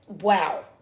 wow